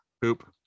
poop